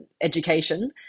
education